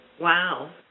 Wow